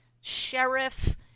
sheriff